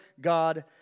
God